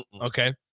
okay